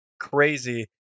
crazy